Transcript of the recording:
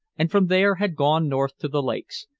and from there had gone north to the lakes,